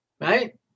right